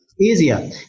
Easier